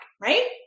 right